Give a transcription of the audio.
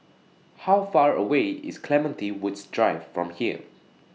How Far away IS Clementi Woods Drive from here